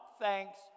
thanks